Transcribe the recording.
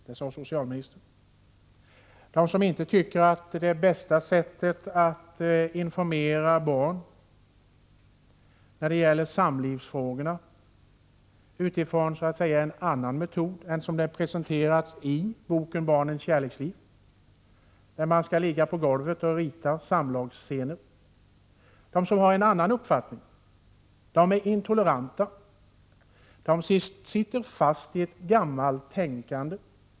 De som inte tycker att bästa sättet att informera barn när det gäller samlivsfrågor är den metod som presenteras i boken Barnens kärleksliv, där man skall ligga på golvet och rita samlagsscener, de är intoleranta och sitter fast i ett gammalt tänkande.